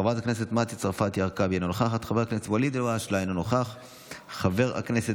חברת הכנסת יסמין פרידמן, אינה נוכחת, חברת הכנסת